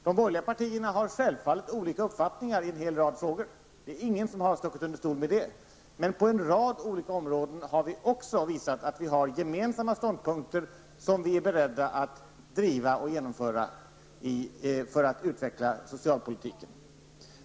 De borgerliga partierna har självfallet olika uppfattningar i en hel rad frågor. Det är ingen som har stuckit under stol med det. Men på en rad olika områden har vi också visat att vi har gemensamma ståndpunkter, som vi är beredda att driva och genomföra för att utveckla socialpolitiken.